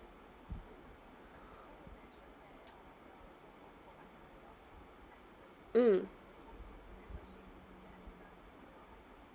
mm